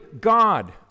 God